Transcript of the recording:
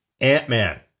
Ant-Man